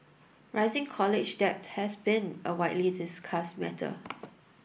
rising college debt has been a widely discussed matter